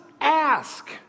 ask